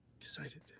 Excited